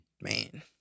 man